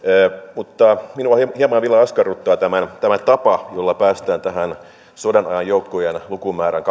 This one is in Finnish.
mutta minua hieman vielä askarruttaa tämä tapa jolla päästään tähän sodanajan joukkojen lukumäärään